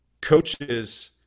coaches